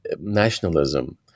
nationalism